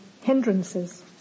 hindrances